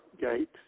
gate